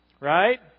Right